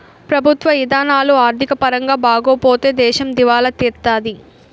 ప్రభుత్వ ఇధానాలు ఆర్థిక పరంగా బాగోపోతే దేశం దివాలా తీత్తాది